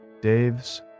Dave's